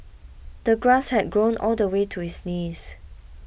the grass had grown all the way to his knees